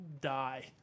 die